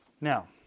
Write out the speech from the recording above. Now